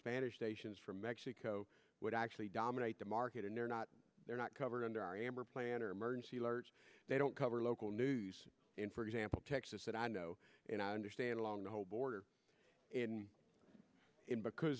spanish stations from mexico would actually dominate the market and they're not they're not covered under our amber plan or emergency alert they don't cover local news for example texas that i know and i understand along the whole border because